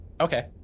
Okay